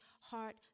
heart